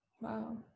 Wow